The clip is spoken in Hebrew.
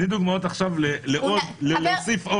תני דוגמאות עכשיו להוסיף עוד.